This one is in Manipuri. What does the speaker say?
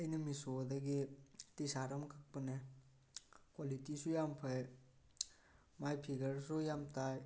ꯑꯩꯅ ꯃꯤꯁꯣꯗꯒꯤ ꯇꯤꯁꯥꯔꯠ ꯑꯃ ꯀꯛꯄꯅꯦ ꯀ꯭ꯋꯥꯂꯤꯇꯤꯁꯨ ꯌꯥꯝ ꯐꯩ ꯃꯥꯏ ꯐꯤꯒꯔꯁꯨ ꯌꯥꯝ ꯇꯥꯏ